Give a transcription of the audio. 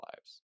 lives